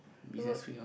would